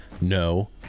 No